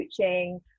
coaching